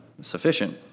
Sufficient